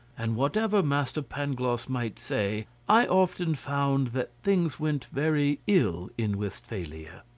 and, whatever master pangloss might say, i often found that things went very ill in westphalia.